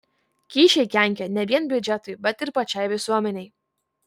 kyšiai kenkia ne vien biudžetui bet ir pačiai visuomenei